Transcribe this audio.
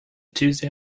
tuesday